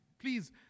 Please